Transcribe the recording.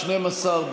12,